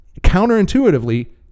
counterintuitively